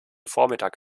vormittag